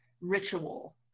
ritual